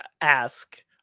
ask